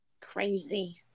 Crazy